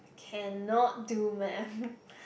cannot do math